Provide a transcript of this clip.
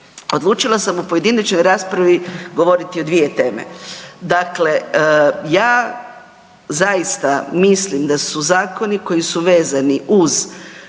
Odlučila sam u pojedinačnoj raspravi govoriti o dvije teme, dakle ja zaista mislim da su zakoni koji su vezani uz